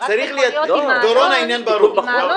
שיתאפשר שם לחנות רק למכוניות עם מעלונים.